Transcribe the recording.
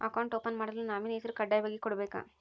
Account open ಮಾಡಲು nominee ಹೆಸರು ಕಡ್ಡಾಯವಾಗಿ ಕೊಡಬೇಕಾ?